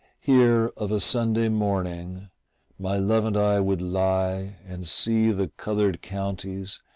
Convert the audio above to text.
here of a sunday morning my love and i would lie and see the coloured counties,